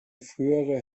frühere